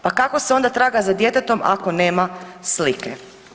Pa kako se onda traga za djetetom ako nema slike?